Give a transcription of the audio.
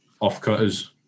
off-cutters